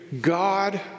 God